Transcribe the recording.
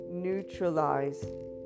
neutralize